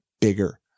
bigger